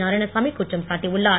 நாராயணசாமி குற்றம் சாட்டியுள்ளார்